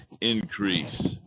increase